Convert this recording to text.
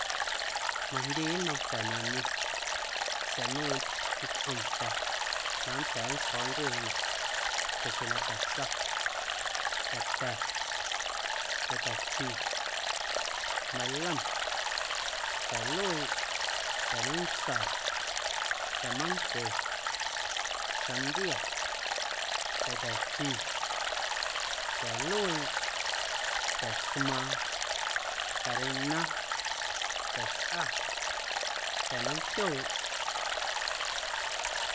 Majndye nnom ta̱ na niom sa̱a̱ nmeiiⁿ ntꞌom ta̱ na nnda̱a̱ nntsjo̱o̱ ncueenaꞌ chaꞌxjeⁿ na ta̱sa, ta̱ta̱, ta̱ta̱ chi, meilom, ta̱lueeꞌ, ta̱nommntsaa, ta̱manco, sandia, ta̱ta̱ chi, ta̱lueeꞌ, ta̱tsmaaⁿ, ta̱reina, ta̱xꞌa, ta̱nomtyooꞌ.